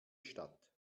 stadt